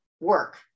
work